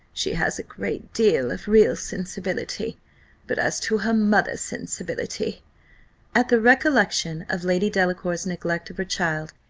she has a great deal of real sensibility but as to her mother's sensibility at the recollection of lady delacour's neglect of her child,